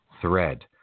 thread